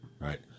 right